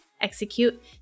execute